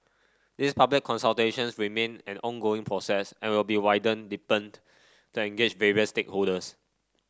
these public consultations remain an ongoing process and will be widened and deepened to engage various stakeholders